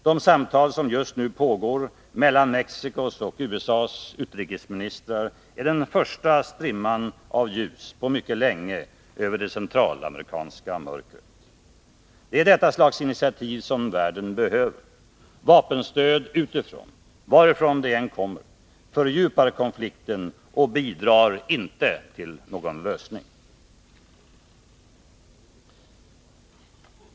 De samtal som just nu pågår mellan Mexicos och USA:s utrikesministrar är den första strimman av ljus på mycket länge över det centralamerikanska mörkret. Det är detta slags initiativ som världen behöver. Vapenstöd utifrån — varifrån det än kommer — fördjupar konflikten och bidrar inte till någon lösning.